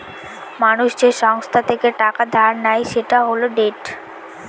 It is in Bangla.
মানুষ যে সংস্থা থেকে টাকা ধার নেয় সেটা হল ডেট